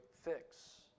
fix